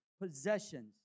possessions